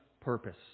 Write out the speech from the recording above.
purpose